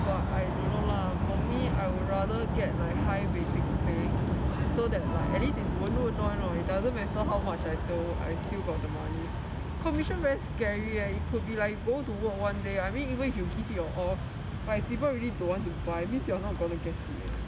but I don't know lah for me I would rather get like high basic pay so that like at least is wenwen [one] [what] it doesn't matter how much I still I still got the money commission very scary eh it could be like you go to work one day I mean even if you give your all but if people really don't want to buy means you're not gonna get it eh